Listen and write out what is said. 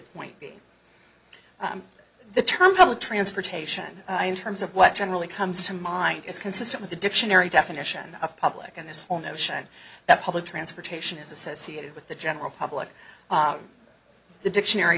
point b the term public transportation in terms of what generally comes to mind is consistent with the dictionary definition of public and this whole notion that public transportation is associated with the general public the dictionary